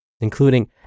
including